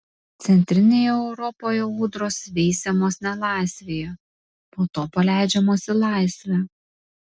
centrinėje europoje ūdros veisiamos nelaisvėje po to paleidžiamos į laisvę